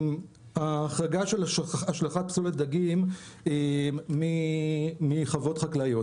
ההחרגה של השלכת פסולת דגים מחוות חקלאיות.